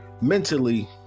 mentally